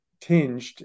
tinged